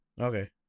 Okay